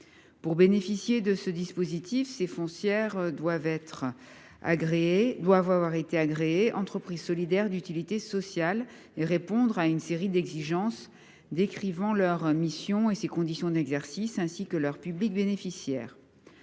Pour bénéficier de ce dispositif, ces foncières doivent avoir été agréées comme entreprises solidaires d’utilité sociale et répondre à une série d’exigences relatives à leur mission et à ses conditions d’exercice ainsi qu’à leurs bénéficiaires.